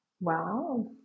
Wow